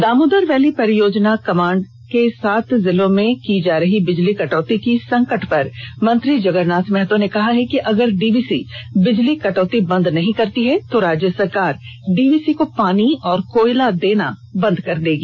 Damodar valley परियोजना command सात जिलों में की जा रही बिजली कटौती की संकट पर मंत्री जगरनाथ महतो ने कहा कि अगर डीवीसी बिजली कटौती बंद नहीं करती है तो राज्य सरकार डीवीसी को पानी और कोयला देना बंद कर देगी